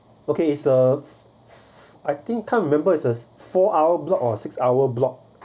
okay so I think can't remember is as four hour block or six hour block